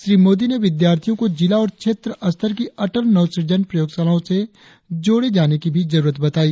श्री मोदी ने विद्यार्थियों को जिला और क्षेत्र स्तर की अटल नवसुजन प्रयोगशालाओं से जोड़े जाने की भी जरुरत बताई